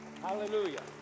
Hallelujah